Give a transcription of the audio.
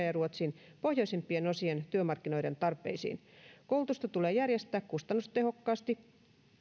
ja ruotsin pohjoisimpien osien työmarkkinoiden tarpeisiin koulutusta tulee järjestää kustannustehokkaasti